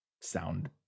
sound